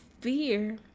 fear